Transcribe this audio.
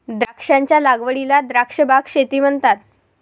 द्राक्षांच्या लागवडीला द्राक्ष बाग शेती म्हणतात